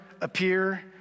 appear